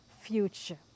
future